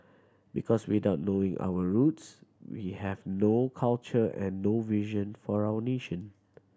because without knowing our roots we have no culture and no vision for our nation